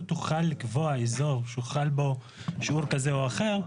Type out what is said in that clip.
תוכל לקבוע אזור שחל בו שיעור כזה או אחר,